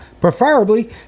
preferably